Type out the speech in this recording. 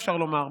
אפשר לומר,